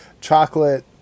chocolate